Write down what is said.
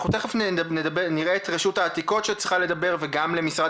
אנחנו תיכף נשמע מרשות העתיקות וגם ממשרד